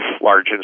large